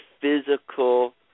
physical